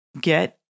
get